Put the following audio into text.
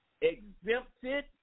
exempted